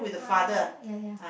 ah yeah yeah